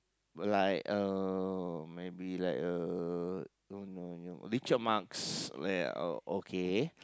like uh maybe like uh Richard-Marx o~ okay